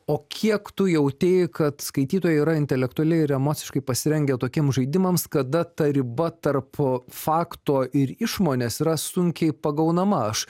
o kiek tu jautei kad skaitytojai yra intelektualiai ir emociškai pasirengę tokiem žaidimams kada ta riba tarp fakto ir išmonės yra sunkiai pagaunama aš